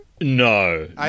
No